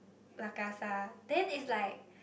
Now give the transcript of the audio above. La-Casa then is like